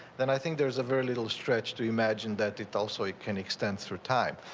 then i think there's a very little stretch to imagine that it also it can extend through time.